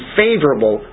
favorable